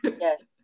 yes